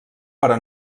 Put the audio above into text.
però